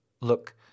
Look